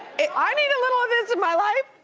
i need a little of this in my life.